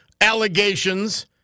allegations